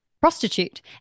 prostitute